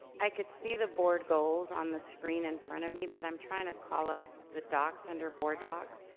i can see the board goals on the screen in front of me, but i'm trying to call up the docs under board docs.